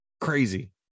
crazy